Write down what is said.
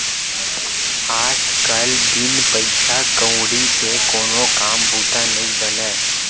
आज कल बिन पइसा कउड़ी के कोनो काम बूता नइ बनय